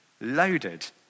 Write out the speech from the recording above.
loaded